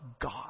God